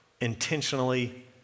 intentionally